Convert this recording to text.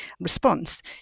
response